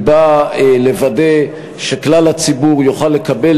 היא באה לוודא שכלל הציבור יוכל לקבל